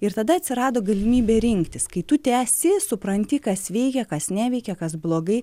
ir tada atsirado galimybė rinktis kai tu tęsi supranti kas veikia kas neveikia kas blogai